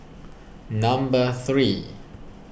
number three